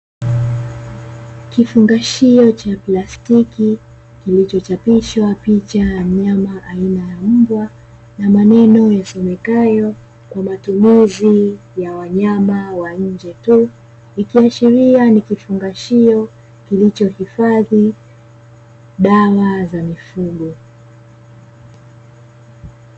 Kifungashio cha plastiki kilichochapishwa picha ya mnyama aina ya mbwa na maneno yasomekayo kwa matumizi ya wanyama wa nje tu. ikiashiria ni kifungashio kilicho hifadhi dawa za mifugo.